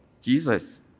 Jesus